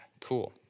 Cool